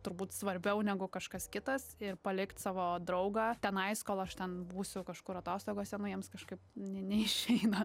turbūt svarbiau negu kažkas kitas ir palikt savo draugą tenais kol aš ten būsiu kažkur atostogose nu jiems kažkaip ne neišeina